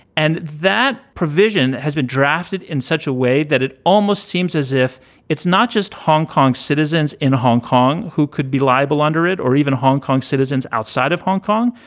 and that provision has been drafted in such a way that it almost seems as if it's not just hong kong citizens in hong kong who could be liable under it or even hong kong citizens outside of hong kong.